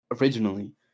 originally